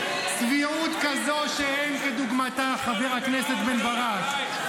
צביעות כזו שאין כדוגמתה, חבר הכנסת בן ברק.